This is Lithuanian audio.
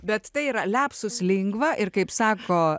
bet tai yra lepsus lingva ir kaip sako